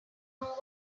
know